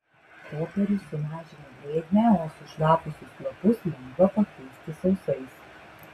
popierius sumažina drėgmę o sušlapusius lapus lengva pakeisti sausais